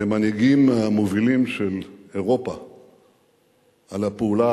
למנהיגים מהמובילים של אירופה על הפעולה